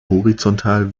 horizontal